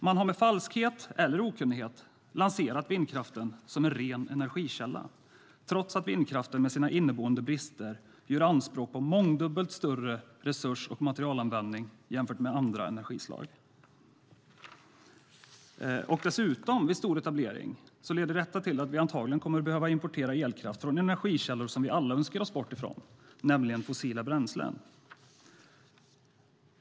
Man har med falskhet eller okunnighet lanserat vindkraften som en ren energikälla, trots att vindkraften med sina inneboende brister gör anspråk på mångdubbelt större resurs och materialanvändning än andra energislag. Dessutom leder detta, vid stor etablering, till att vi antagligen kommer att behöva importera elkraft från energikällor som vi alla önskar oss bort ifrån, nämligen fossila bränslen.